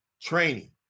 training